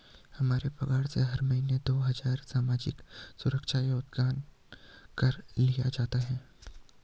हमारे पगार से हर माह दो हजार सामाजिक सुरक्षा योगदान कर लिया जाता है